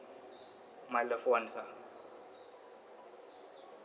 my loved ones ah